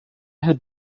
had